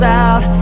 out